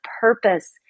purpose